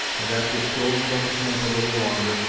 and after strolling about the camp a little longer,